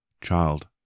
child